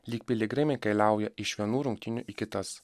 lyg piligrimai keliauja iš vienų rungtynių į kitas